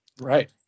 Right